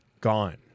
Gone